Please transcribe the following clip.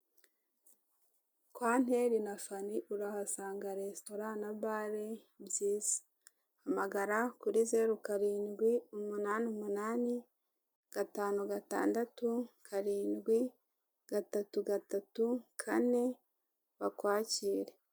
Kwa Nteri na Fani urahasanga resitora na bare byiza. Hamagara kuri zeru karindwi umunani umunani gatanu gatandatu karindwi gatatu gatatu kane bakwakire.